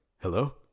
Hello